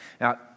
Now